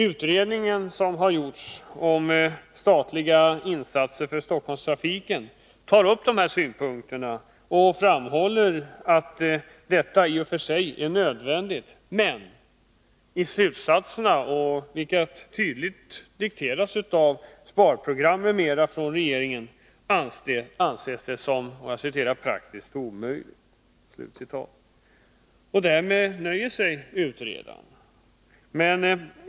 Utredningen om statliga insatser för Stockholmstrafiken tar upp dessa synpunkter och framhåller att detta i och för sig är nödvändigt, men i slutsatserna — vilka tydligt dikterats av sparprogram m.m. från regeringen — anses det som ”praktiskt omöjligt”. Och därmed nöjer sig utredaren.